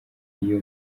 iyo